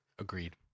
Agreed